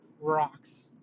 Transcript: rocks